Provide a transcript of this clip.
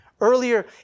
Earlier